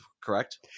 correct